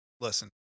listen